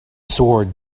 sword